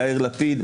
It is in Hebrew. יאיר לפיד?